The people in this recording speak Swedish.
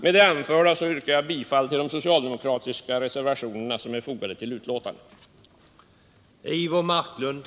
Med det anförda yrkar jag bifall till de socialdemokratiska reservationer som är fogade till näringsutskottets betänkande.